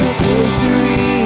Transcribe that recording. victory